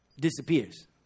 disappears